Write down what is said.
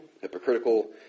hypocritical